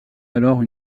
alors